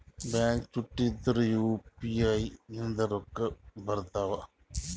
Bank ಚುಟ್ಟಿ ಇದ್ರೂ UPI ನಿಂದ ರೊಕ್ಕ ಬರ್ತಾವಾ?